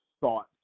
thoughts